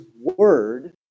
word